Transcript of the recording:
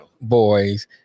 boys